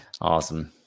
Awesome